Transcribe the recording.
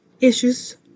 issues